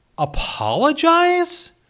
apologize